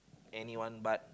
anyone but